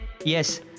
Yes